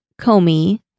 Comey